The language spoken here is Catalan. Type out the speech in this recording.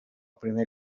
primer